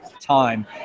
time